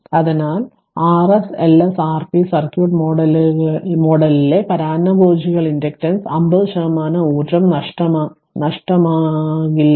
അതിനാൽRs Ls Rp circuit മോഡലിലെ പരാന്നഭോജികളുടെ ഇൻഡക്റ്റൻസിന് 50 ശതമാനം ഊർജ്ജം നഷ്ടമാകില്ലായിരുന്നു